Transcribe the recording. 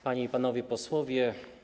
Panie i Panowie Posłowie!